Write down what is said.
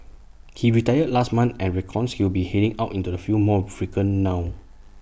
he retired last month and reckons he will be heading out into the field more frequently now